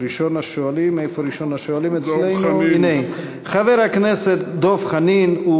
ראשון השואלים, חבר הכנסת דב חנין.